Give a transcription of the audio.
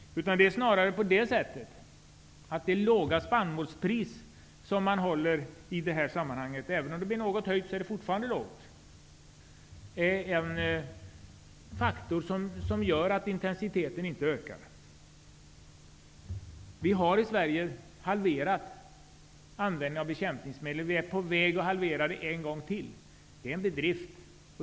Det är låga spannmålspris som gäller i detta sammanhang. Även om de blir något höjda är de fortfarande låga. Det är en faktor som gör att intensiteten inte ökar. Vi har i Sverige halverat användningen av bekämpningsmedel, och vi är på väg att halvera den en gång till. Det är en bedrift.